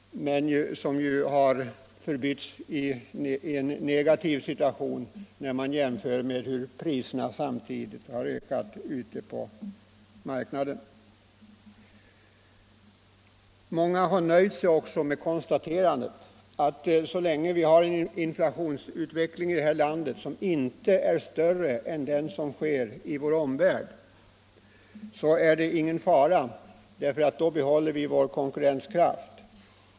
Detta intryck förbyts dock i en negativ situation när man jämför med hur priserna samtidigt har ökat ute på marknaden. Många har också nöjt sig med konstaterandet att så länge inflationsutvecklingen i vårt land inte är större än i vår omvärld är det ingen fara, då bevarar vi vår konkurrenskraft.